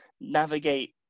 navigate